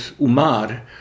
Umar